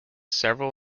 several